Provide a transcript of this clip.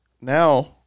Now